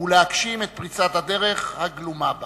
ולהגשים את פריצת הדרך הגלומה בה.